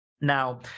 Now